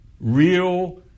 real